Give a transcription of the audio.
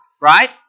right